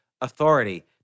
authority